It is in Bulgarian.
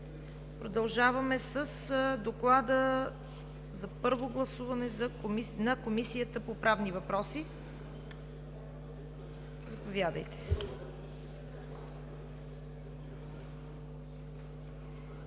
Продължаваме с доклада за първо гласуване на Комисията по правни въпроси. Заповядайте,